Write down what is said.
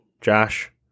Josh